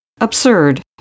absurd